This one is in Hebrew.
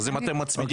אז אתם נצמדים